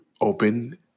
open